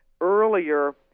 earlier